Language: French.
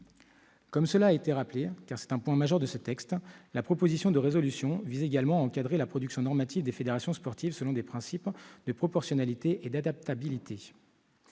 Comme cela a été rappelé- c'est un point majeur de ce texte -, la proposition de résolution vise également à encadrer la production normative des fédérations sportives selon des principes de proportionnalité et d'adaptabilité.